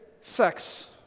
sex